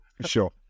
Sure